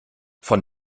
von